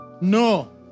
No